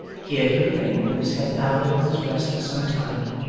here he remained, with his head bowed upon his breast for some time,